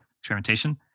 experimentation